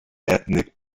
ethnic